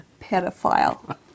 pedophile